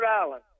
Island